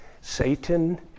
Satan